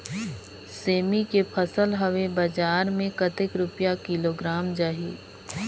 सेमी के फसल हवे बजार मे कतेक रुपिया किलोग्राम जाही?